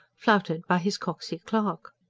flouted by his cocksy clerk.